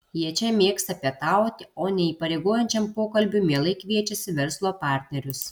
jie čia mėgsta pietauti o neįpareigojančiam pokalbiui mielai kviečiasi verslo partnerius